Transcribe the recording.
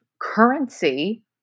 currency